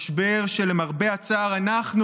משבר שלמרבה הצער אנחנו,